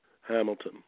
Hamilton